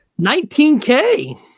19k